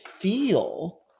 feel